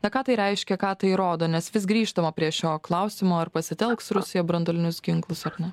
na ką tai reiškia ką tai rodo nes vis grįžtama prie šio klausimo ar pasitelks rusija branduolinius ginklus ar ne